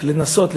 ולנסות,